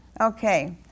Okay